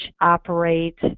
operate